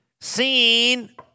seen